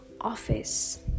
office